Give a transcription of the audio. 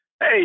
Hey